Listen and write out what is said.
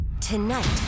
Tonight